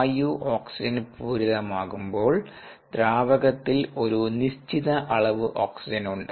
വായു ഓക്സിജൻ പൂരിതമാകുമ്പോൾ ദ്രാവകത്തിൽ ഒരു നിശ്ചിത അളവ് ഓക്സിജൻ ഉണ്ട്